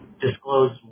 disclose